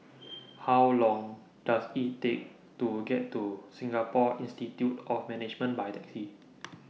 How Long Does IT Take to get to Singapore Institute of Management By Taxi